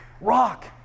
Rock